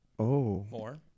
More